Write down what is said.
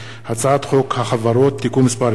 הצעת חוק החברות (תיקון מס' 20),